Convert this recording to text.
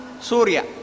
Surya